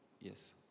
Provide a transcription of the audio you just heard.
Yes